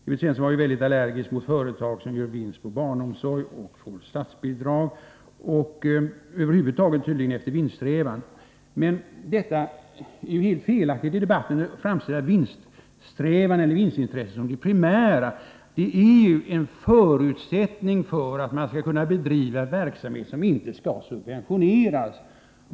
Evert Svensson var mycket allergisk mot företag som gör vinster på barnomsorgen och får statsbidrag och som över huvud taget drivs med vinststrävan. Men det är ju helt felaktigt att i debatten framställa vinststrävan eller vinstintresset som det primära — det är ju en förutsättning för att man skall kunna bedriva verksamhet som inte skall subventioneras.